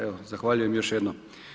Evo, zahvaljujem još jednom.